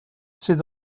sydd